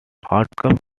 outcome